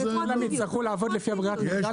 אז יצטרכו לעבוד לפי ברירת המחדל,